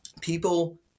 People